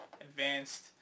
advanced